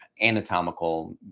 anatomical